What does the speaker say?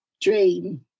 dream